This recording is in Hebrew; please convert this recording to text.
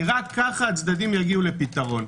כי רק ככה הצדדים יגיעו לפתרון.